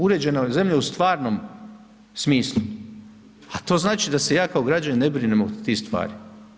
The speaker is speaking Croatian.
Uređena zemlja u stvarnom smislu, a to znači da se ja kao građanin ne brinem oko tih stvari.